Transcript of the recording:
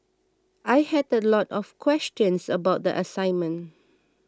I had a lot of questions about the assignment